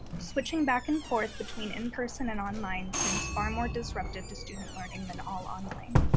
switching back and forth between in person and online seems far more disruptive to student learning than all online.